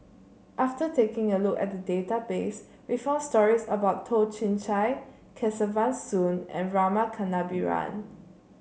after taking a look at the database we found stories about Toh Chin Chye Kesavan Soon and Rama Kannabiran